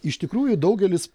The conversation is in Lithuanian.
iš tikrųjų daugelis